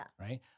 Right